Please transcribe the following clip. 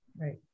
right